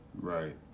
right